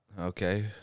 okay